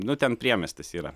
nu ten priemiestis yra